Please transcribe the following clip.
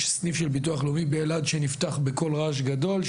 יש סניף של ביטוח לאומי באילת שנפתח בכל רעש גדול,